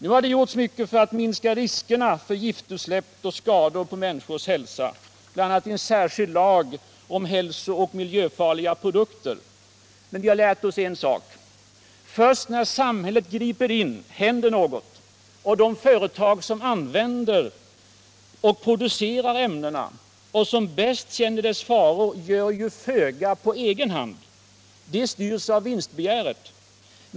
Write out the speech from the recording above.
Nu har det gjorts mycket för att minska riskerna för giftutsläpp och skador på människors hälsa. Bl.a. har en särskild lag om hälsooch miljöfarliga produkter införts. Men vi har lärt oss en sak: först när samhället griper in händer något. De företag som använder och producerar ämnena och som bäst känner farorna gör föga på egen hand. De styrs av vinstbegäret.